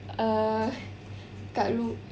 err kat ru~